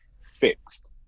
fixed